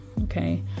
okay